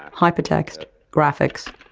hypertext, graphics,